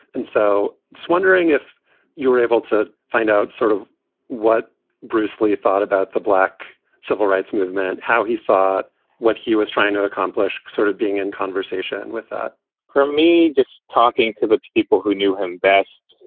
and so was wondering if you were able to find out sort of what bruce lee thought about the black civil rights movement, how he saw what he was trying to accomplish, sort of being in conversation with that for me, just talking to the people who knew him best.